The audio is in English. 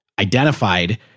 identified